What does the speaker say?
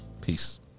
Peace